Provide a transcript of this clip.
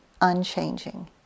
unchanging